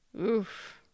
Oof